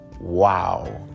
wow